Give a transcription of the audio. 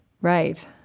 Right